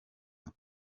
prof